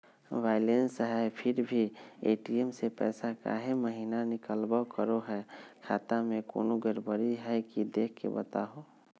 Balance है फिर भी भी ए.टी.एम से पैसा काहे महिना निकलब करो है, खाता में कोनो गड़बड़ी है की देख के बताहों?